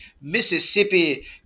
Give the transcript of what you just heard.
Mississippi